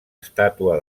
estàtua